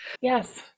yes